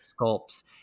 sculpts